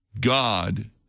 God